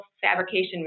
fabrication